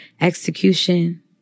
execution